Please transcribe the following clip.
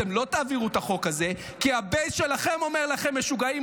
אתם לא תעבירו את החוק הזה כי הבייס שלכם אומר לכם: משוגעים,